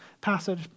passage